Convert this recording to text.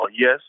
yes